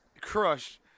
Crush